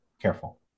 careful